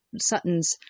Sutton's